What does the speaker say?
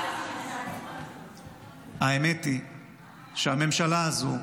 עליו --- האמת היא שהממשלה הזאת,